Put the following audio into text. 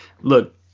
Look